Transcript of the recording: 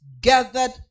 gathered